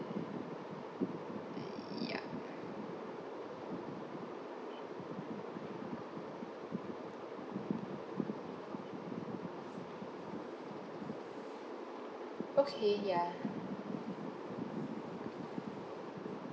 ya okay ya